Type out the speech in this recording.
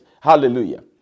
Hallelujah